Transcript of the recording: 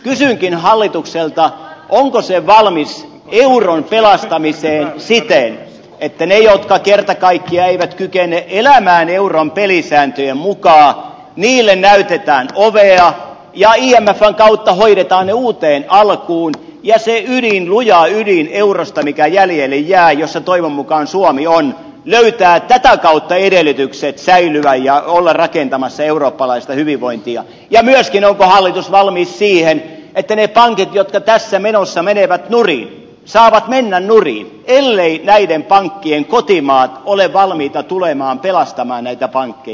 kysynkin hallitukselta onko se valmis euron pelastamiseen siten että niille jotka kerta kaikkiaan eivät kykene elämään euron pelisääntöjen mukaan näytetään ovea ja imfn kautta hoidetaan ne uuteen alkuun ja se ydin luja ydin eurosta mikä jäljelle jää jossa toivon mukaan suomi on löytää tätä kautta edellytykset säilyä ja olla rakentamassa eurooppalaista hyvinvointia ja myöskin onko hallitus valmis siihen että ne pankit jotka tässä menossa menevät nurin saavat mennä nurin elleivät näiden pankkien kotimaat ole valmiita tulemaan pelastamaan näitä pankkeja